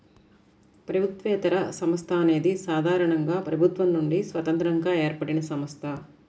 ప్రభుత్వేతర సంస్థ అనేది సాధారణంగా ప్రభుత్వం నుండి స్వతంత్రంగా ఏర్పడినసంస్థ